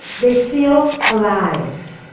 they feel alive.